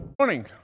Morning